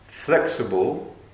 flexible